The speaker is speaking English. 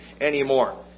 anymore